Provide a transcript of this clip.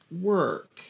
work